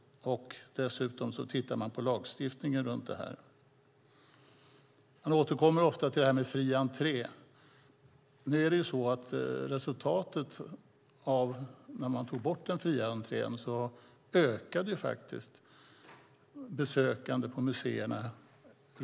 Dessutom ses lagstiftningen över. Frågan om fri entré återkommer ofta. Resultatet av indragningen av den fria entrén var en ökning av antalet besökande på museerna.